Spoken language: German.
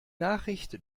nachricht